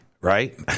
right